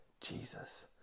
Jesus